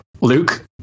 Luke